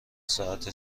ساعت